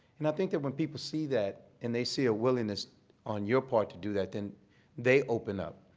and i think that when people see that and they see a willingness on your part to do that, then they open up.